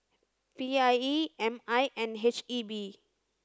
P I E M I and H E B